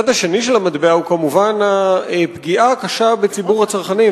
הצד השני של המטבע הוא כמובן הפגיעה הקשה בציבור הצרכנים.